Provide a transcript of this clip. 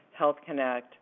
HealthConnect